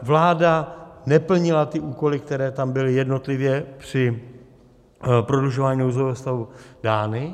Vláda neplnila úkoly, které tam byly jednotlivě při prodlužování stavu dány.